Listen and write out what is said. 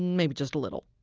maybe just a little,